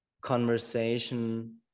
conversation